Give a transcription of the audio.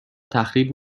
تخریب